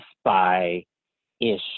spy-ish